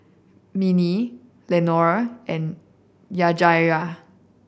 Minnie Lenore and Yajaira